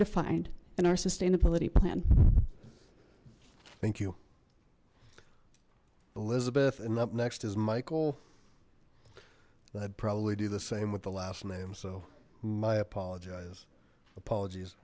defined in our sustainability plan thank you elizabeth and up next is michael i'd probably do the same with the last name so i apologize apologies